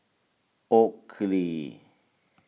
Oakley